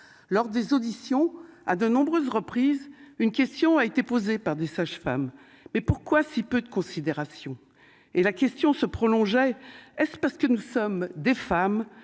lors des auditions à de nombreuses reprises, une question a été posée par des sages-femmes, mais pourquoi si peu de considération et la question se prolongeait est parce que nous sommes des femmes